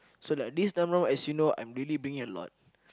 so like this time round as you know I'm really bringing a lot